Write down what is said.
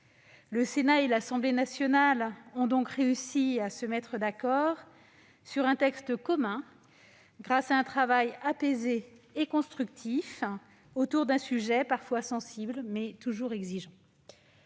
Le Sénat et l'Assemblée nationale ont finalement réussi à se mettre d'accord sur un texte commun, grâce à un travail apaisé et constructif autour d'un sujet parfois sensible mais toujours exigeant.